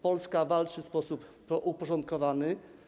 Polska walczy w sposób uporządkowany.